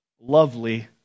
lovely